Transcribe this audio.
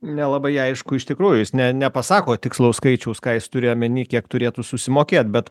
nelabai aišku iš tikrųjų jis ne nepasako tikslaus skaičiaus ką jis turėjo omeny kiek turėtų susimokėt bet